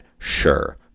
Sure